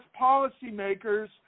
policymakers